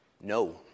no